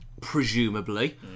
Presumably